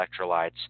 electrolytes